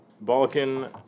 Balkan